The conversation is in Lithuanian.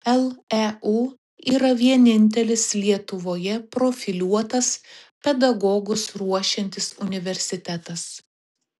leu yra vienintelis lietuvoje profiliuotas pedagogus ruošiantis universitetas